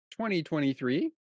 2023